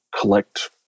collect